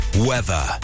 Weather